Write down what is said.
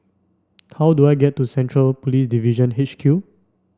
how do I get to Central Police Division H Q